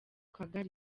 kagari